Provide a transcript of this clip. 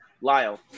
Lyle